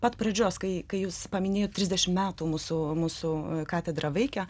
pat pradžios kai kai jūs paminėjot trisdešim metų mūsų mūsų katedra veikia